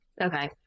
Okay